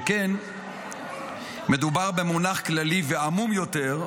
שכן מדובר במונח כללי ועמום יותר,